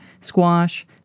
squash